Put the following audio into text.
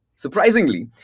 Surprisingly